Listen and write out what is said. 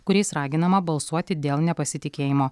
kuriais raginama balsuoti dėl nepasitikėjimo